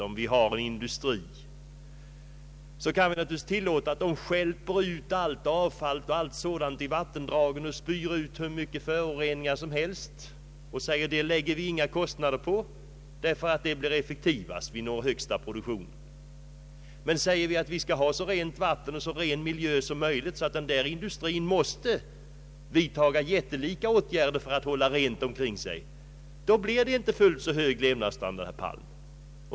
Om vi har en industri kan vi naturligtvis tillåta att den stjälper ut allt avfall i vattendragen, spyr ut hur mycket föroreningar som helst, och säga: Det lägger vi inga kostnader Allmänpolitisk debatt på ty på det sättet blir det effektivast; vi når högsta produktion. Men säger vi att vi skall ha så rent vatten och så ren miljö som möjligt och att denna industri måste vidtaga jättelika åtgärder för att hålla rent omkring sig, då blir det inte fullt så hög levnadsstandard, herr Palm.